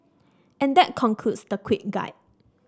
and that concludes the quick guide